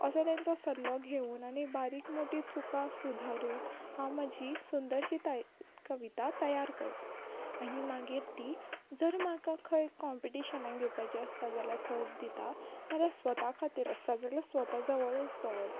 असो तेंचो सल्लो घेवून आनी बारीक मोठी चुका सुदारून हांव म्हजी सुंदरशी कविता तयार करतां आनी मागीर ती जर म्हाका खंय कम्पिटिशनां दिवपाची आसत जाल्या थंय दिता कारण स्वता खातीर आसता जाल्या स्वता जवळूच दवरता